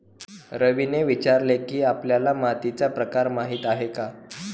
रवीने विचारले की, आपल्याला मातीचा प्रकार माहीत आहे का?